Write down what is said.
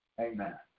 Amen